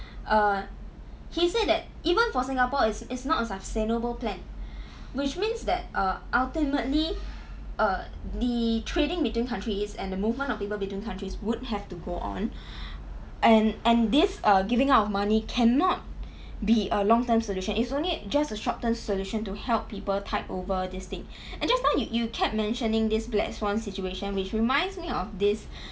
err he said that even for singapore it's it's not a sustainable plan which means that err ultimately err the trading between countries and the movement of people between different countries would have to go on and and this err giving out of money cannot be a long term solution it's only just a short term solution to help people tide over this thing and just now you you kept mentioning this black swan situation which reminds me of this